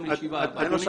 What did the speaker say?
אדוני